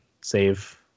save